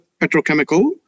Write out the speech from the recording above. petrochemical